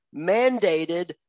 mandated